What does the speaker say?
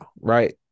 right